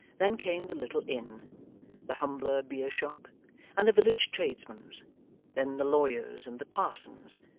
then came the little inn the humbler beer-shop and the village tradesman's then the lawyer's and the parson's,